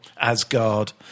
Asgard